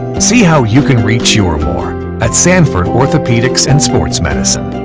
see how you can reach your more at sanford orthopedics and sports medicine.